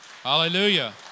Hallelujah